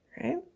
Right